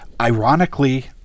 Ironically